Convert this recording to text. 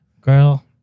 girl